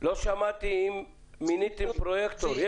לא שמעתי אם מיניתם פרויקטור?